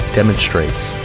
demonstrates